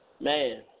Man